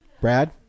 Brad